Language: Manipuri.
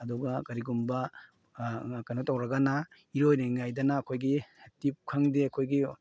ꯑꯗꯨꯒ ꯀꯔꯤꯒꯨꯝꯕ ꯀꯩꯅꯣ ꯇꯧꯔꯒꯅ ꯏꯔꯣꯏꯔꯤꯉꯩꯗꯅ ꯑꯩꯈꯣꯏꯒꯤ ꯇꯤꯕ ꯈꯪꯗꯦ ꯑꯩꯈꯣꯏꯒꯤ